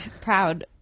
proud